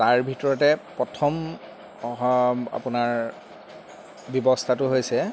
তাৰ ভিতৰতে প্ৰথম আপোনাৰ ব্যৱস্থাটো হৈছে